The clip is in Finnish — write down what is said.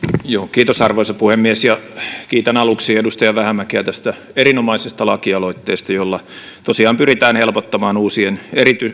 kiitos arvoisa puhemies ja kiitän aluksi edustaja vähämäkeä tästä erinomaisesta lakialoitteesta jolla tosiaan pyritään helpottamaan uusien